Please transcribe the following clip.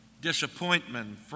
disappointment